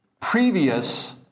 previous